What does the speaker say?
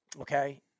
okay